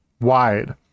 wide